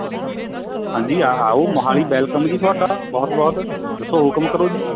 ਹਾਂਜੀ ਆਓ ਮੋਹਾਲੀ ਵੈੱਲਕਮ ਜੀ ਤੁਹਾਡਾ ਬਹੁਤ ਬਹੁਤ ਦੱਸੋ ਹੁਕਮ ਕਰੋ ਜੀ